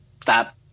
Stop